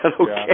okay